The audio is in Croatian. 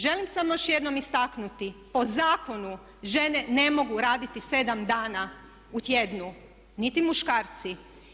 Želim samo još jednom istaknuti po zakonu žene ne mogu raditi sedam dana u tjednu niti muškarci.